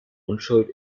unschuld